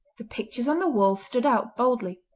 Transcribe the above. the pictures on the wall stood out boldly.